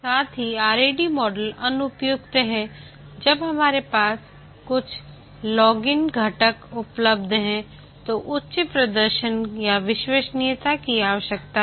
साथ ही RAD model अनुपयुक्त है जब हमारे पास कुछ लॉगिन घटक उपलब्ध हैं तो उच्च प्रदर्शन या विश्वसनीयता की आवश्यकता है